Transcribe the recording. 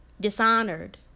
dishonored